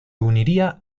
uniría